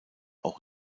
auch